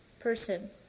person